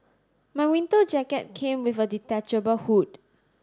my winter jacket came with a detachable hood